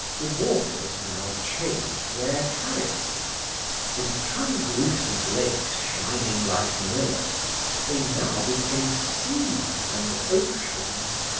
the waters now changed their character from translucent lakes shining like mirrors they now became seas and oceans.